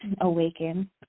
awaken